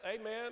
amen